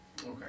Okay